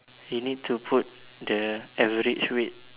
you need to put the average weight